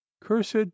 Cursed